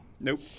nope